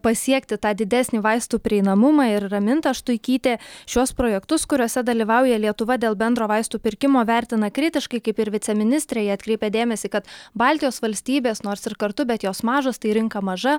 pasiekti tą didesnį vaistų prieinamumą ir raminta štuikytė šiuos projektus kuriuose dalyvauja lietuva dėl bendro vaistų pirkimo vertina kritiškai kaip ir viceministrė ji atkreipia dėmesį kad baltijos valstybės nors ir kartu bet jos mažos tai rinka maža